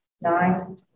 Nine